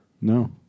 No